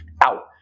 out